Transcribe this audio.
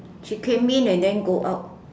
she came in and then go out